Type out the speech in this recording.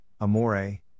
Amore